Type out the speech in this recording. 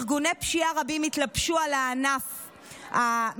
ארגוני פשיעה רבים התלבשו על הענף המניב,